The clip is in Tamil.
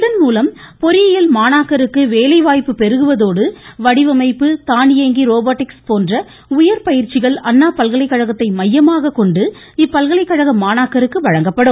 இதன்மூலம் பொறியியல் மாணாக்கருக்கு வேலை வாய்ப்பு பெருகுவதோடு வடிவடைப்பு தானியங்கி ரோபோட்டிக்ஸ் போன்ற உயர் பயிற்சிகள் அண்ணா பல்கலைகழகத்தை மையமாக கொண்டு இப்பல்கலைகழக மாணாக்கருக்கு வழங்கப்படும்